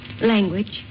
Language